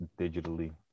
digitally